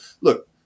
look